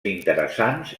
interessants